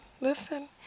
listen